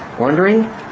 wondering